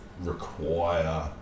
require